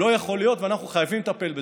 לא יכול להיות, ואנחנו חייבים לטפל בזה.